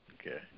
Okay